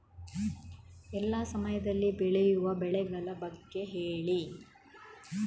ಎಲ್ಲಾ ಸಮಯದಲ್ಲಿ ಬೆಳೆಯುವ ಬೆಳೆಗಳ ಬಗ್ಗೆ ಹೇಳಿ